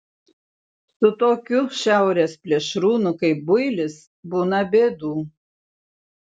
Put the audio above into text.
su tokiu šiaurės plėšrūnu kaip builis būna bėdų